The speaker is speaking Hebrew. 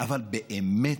אבל באמת,